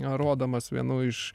rodomas vienų iš